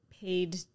paid